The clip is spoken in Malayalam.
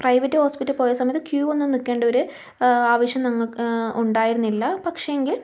പ്രൈവറ്റ് ഹോസ്പിറ്റൽ പോയ സമയത്ത് ക്യൂ ഒന്നും നിൽക്കേണ്ട ഒര് ആവശ്യം ഞങ്ങൾക്ക് ഉണ്ടായിരുന്നില്ല പക്ഷേ എങ്കിൽ